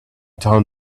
town